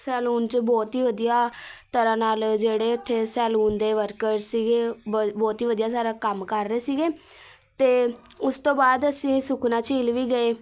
salon 'ਚ ਬਹੁਤ ਹੀ ਵਧੀਆ ਤਰ੍ਹਾਂ ਨਾਲ ਜਿਹੜੇ ਉੱਥੇ ਸੈਲੂਨ ਦੇ ਵਰਕਰ ਸੀਗੇ ਬ ਬਹੁਤ ਹੀ ਵਧੀਆ ਸਾਰਾ ਕੰਮ ਕਰ ਰਹੇ ਸੀਗੇ ਅਤੇ ਉਸ ਤੋਂ ਬਾਅਦ ਅਸੀਂ ਸੁਖਨਾ ਝੀਲ ਵੀ ਗਏ